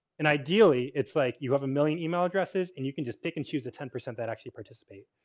and ideally it's like you have a million email addresses and you can just pick and choose a ten percent that actually participate.